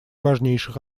важнейших